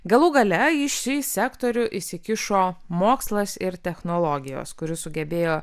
galų gale į šį sektorių įsikišo mokslas ir technologijos kuris sugebėjo